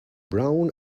brown